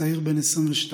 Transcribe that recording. צעיר בן 22,